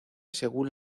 según